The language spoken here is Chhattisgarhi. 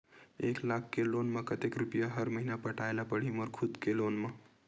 एक लाख के लोन मा कतका रुपिया हर महीना पटाय ला पढ़ही मोर खुद ले लोन मा?